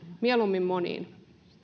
mieluummin moniin